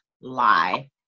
lie